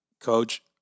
Coach